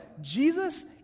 Jesus